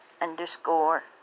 Underscore